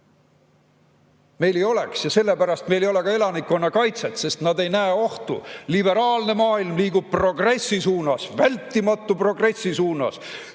Meil ei oleks ja sellepärast meil ei ole ka elanikkonnakaitset, sest nad ei näe ohtu. Liberaalne maailm liigub progressi suunas! Vältimatu progressi suunas!